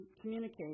communicate